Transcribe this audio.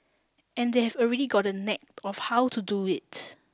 and they've already got the knack of how to do it